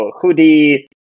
hoodie